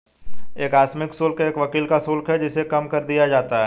एक आकस्मिक शुल्क एक वकील का शुल्क है जिसे कम कर दिया जाता है